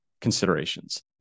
considerations